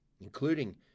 including